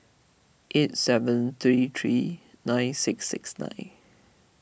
eight seven three three nine six six nine